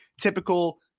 typical